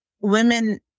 women